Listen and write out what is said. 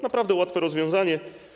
Naprawdę łatwe rozwiązanie.